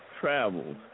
travels